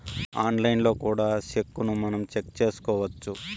ఆన్లైన్లో కూడా సెక్కును మనం చెక్ చేసుకోవచ్చు